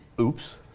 Oops